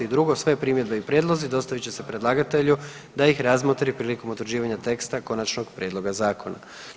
I drugo, sve primjedbe i prijedlozi dostavit će se predlagatelju da ih razmotri prilikom utvrđivanja teksta konačnog prijedloga zakona.